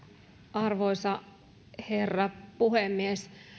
arvoisa herra puhemies